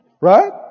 Right